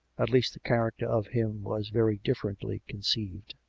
at least the character of him was very differently conceived.